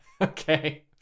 Okay